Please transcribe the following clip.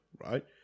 right